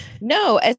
No